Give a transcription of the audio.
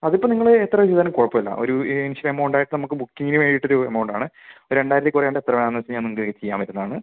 അതിപ്പോൾ നിങ്ങൾ എത്ര ചെയ്താലും കുഴപ്പമില്ല ഒരു ഇനിഷ്യൽ എമൗണ്ട് ആയിട്ട് നമുക്ക് ബുക്കിങ്ങിന് വേണ്ടിയിട്ടൊരു എമൗണ്ട് ആണ് ഒരു രണ്ടായിരത്തിൽ കുറയാണ്ട് എത്ര വേണമെന്ന് വെച്ച് കഴിഞ്ഞാൽ നിങ്ങൾക്ക് ചെയ്യാൻ പറ്റുന്നതാണ്